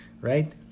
right